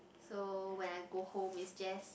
so when I go home is just